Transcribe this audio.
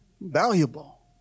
Valuable